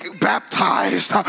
baptized